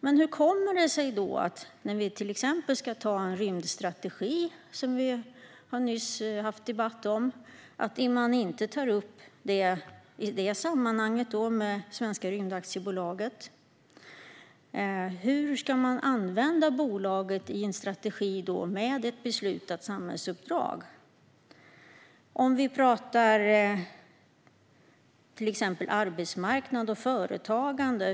Men hur kommer det sig att man, när vi till exempel ska anta en rymdstrategi, som vi nyss har haft debatt om, inte tar upp detta med Svenska rymdaktiebolaget? Hur ska man använda bolaget i en strategi med ett beslutat samhällsuppdrag? Jag tänker på när vi till exempel pratar om arbetsmarknad och företagande.